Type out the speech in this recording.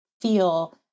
feel